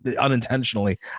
unintentionally